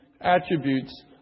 attributes